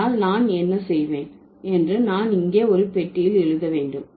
அதனால் நான் என்ன செய்வேன் என்று நான் இங்கே ஒரு பெட்டியில் எழுத வேண்டும்